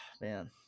Man